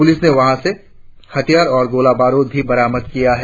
police ने वहां से हथियार और गोलाबारुद भी बरामद किया है